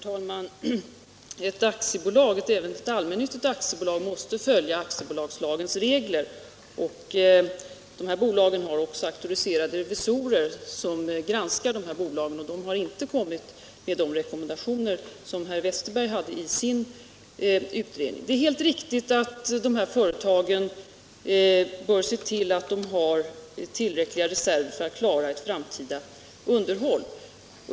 Herr talman! Även ett allmännyttigt aktiebolag måste följa aktiebolagslagens regler. Bolagen har också auktoriserade revisorer som granskar redovisningen, och revisorerna har inte kommit med de rekommendationer som herr Westerberg gjorde i sin utredning. Det är helt riktigt att de här företagen bör se till att de har tillräckliga reserver för att klara ett framtida underhåll.